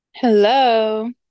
hello